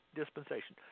dispensation